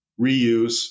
reuse